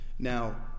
Now